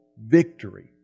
victory